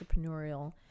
entrepreneurial